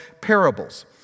parables